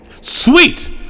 sweet